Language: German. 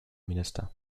minister